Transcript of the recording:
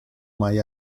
mai